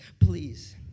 please